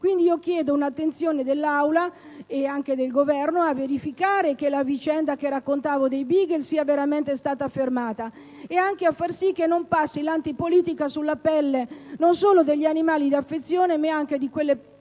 Quindi chiedo un'attenzione dell'Aula e anche del Governo al fine di verificare che la vicenda che raccontavo relativa ai *beagle* sia veramente stata fermata e anche a far sì che non passi l'antipolitica sulla pelle non solo degli animali d'affezione, ma anche di quelle tante